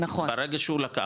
ברגע שהוא לקח,